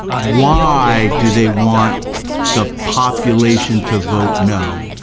why do they want the population to vote no.